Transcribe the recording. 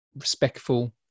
respectful